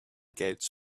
gates